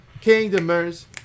Kingdomers